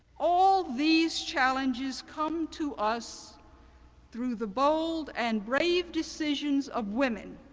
all these challenges come to us through the bold and brave decisions of women.